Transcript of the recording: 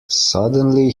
suddenly